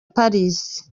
paris